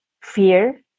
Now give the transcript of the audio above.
fear